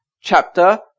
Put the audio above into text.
chapter